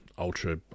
Ultra